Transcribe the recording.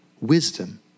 wisdom